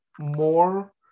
more